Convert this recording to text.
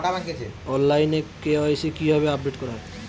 অনলাইনে কে.ওয়াই.সি কিভাবে আপডেট করা হয়?